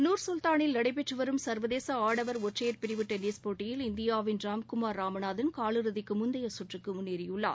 நூர் சுல்தானில் நடைபெற்று வரும் சர்வதேச ஆடவர் ஒற்றையர் பிரிவு டென்னிஸ் போட்டியில் இந்தியாவின் ராம்குமார் ராமநாதன் காலிறுதிக்கு முந்தைய சுற்றுக்கு முன்னேறியுள்ளார்